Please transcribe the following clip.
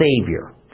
Savior